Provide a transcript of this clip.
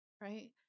right